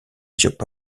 diop